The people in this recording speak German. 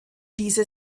diese